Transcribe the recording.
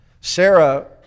Sarah